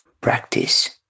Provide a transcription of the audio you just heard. practice